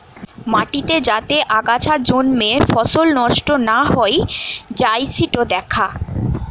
মাটিতে যাতে আগাছা জন্মে ফসল নষ্ট না হৈ যাই সিটো দ্যাখা